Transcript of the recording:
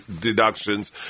deductions